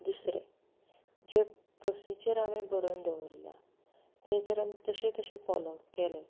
दुसरें जें प्रोसिजर आमीं बरोवन दवरल्लां तें जर आमीं तशें तशें फोलोव केलें